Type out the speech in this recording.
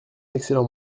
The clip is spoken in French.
excellent